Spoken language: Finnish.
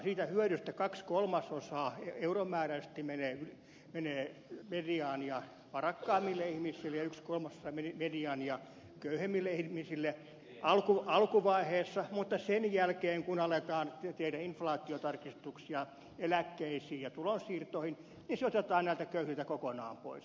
siitä hyödystä kaksi kolmasosa mediaania euromääräisesti menee varakkaammille ihmisille ja yksi kolmasosa mediaania köyhemmille ihmisille alkuvaiheessa mutta sen jälkeen kun aletaan tehdä inflaatiotarkistuksia eläkkeisiin ja tulonsiirtoihin se otetaan näiltä köyhiltä kokonaan pois